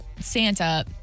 Santa